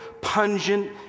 pungent